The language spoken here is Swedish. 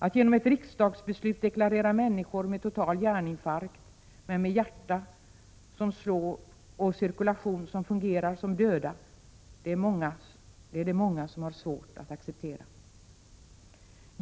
Att vi genom ett riksdagsbeslut skall deklarera att människor med total hjärninfarkt, med ett hjärta som slår och cirkulation som fungerar, är döda är det många som har svårt att acceptera.